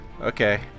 Okay